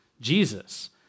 Jesus